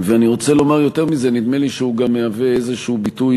ואני רוצה לומר יותר מזה: נדמה לי שהוא גם מהווה איזשהו ביטוי